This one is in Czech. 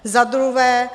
Za druhé.